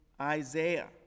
Isaiah